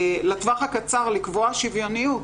לטווח הקצר לקבוע שוויוניות,